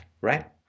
right